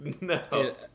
No